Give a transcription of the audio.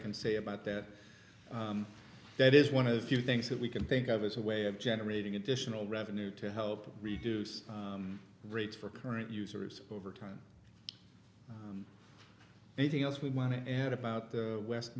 can say about that that is one of the few things that we can think of as a way of generating additional revenue to help reduce rates for current users over time anything else we want to add about the west